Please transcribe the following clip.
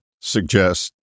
suggest